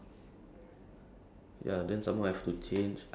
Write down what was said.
I I not sure if I enough time now five thirty already